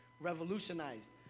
revolutionized